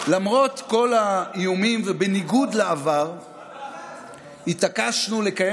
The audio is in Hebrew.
למרות כל האיומים ובניגוד לעבר התעקשנו לקיים